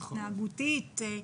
התנהגותית?